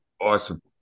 awesome